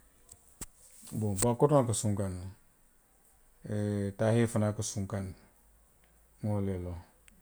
Bow baakotoŋo ka sunkaŋ ne, taahee fanaŋ ka sunkaŋ ne. Nwa wolu le loŋ.